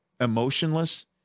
emotionless